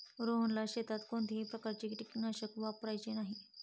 रोहनला शेतात कोणत्याही प्रकारचे कीटकनाशक वापरायचे नाही